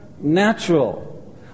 natural